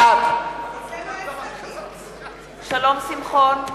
בעד שלום שמחון,